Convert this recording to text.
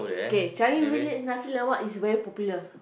K Changi-Village nasi-lemak is very popular